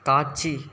காட்சி